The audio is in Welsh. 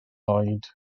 oed